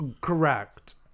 Correct